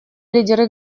лидеры